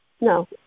no